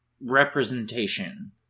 representation